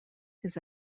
his